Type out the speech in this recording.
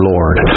Lord